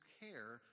care